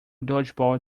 dodgeball